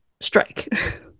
strike